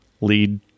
lead